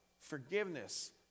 forgiveness